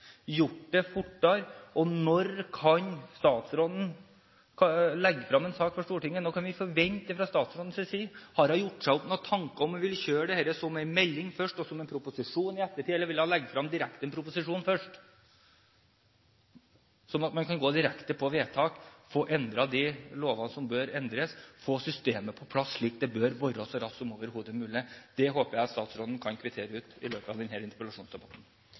gjort dette fortere? Når kan statsråden legge frem en sak for Stortinget – når kan vi forvente det fra statsrådens side? Har statsråden gjort seg opp noen tanker om hvorvidt hun vil kjøre dette som en melding først og som en proposisjon i ettertid, eller om hun vil legge frem enn proposisjon først, slik at man kan gå direkte på vedtak, få endret de lover som bør endres, og få systemet på plass slik som det bør være, så raskt som overhodet mulig? Det håper jeg at statsråden kan kvittere ut i løpet av denne interpellasjonsdebatten.